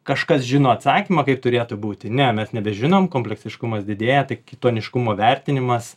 kažkas žino atsakymą kaip turėtų būti ne mes nebežinom kompleksiškumas didėja tai kitoniškumo vertinimas